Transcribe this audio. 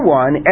one